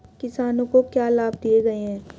किसानों को क्या लाभ दिए गए हैं?